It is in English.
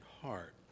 heart